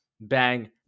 bang